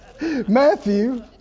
Matthew